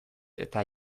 eta